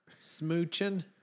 Smooching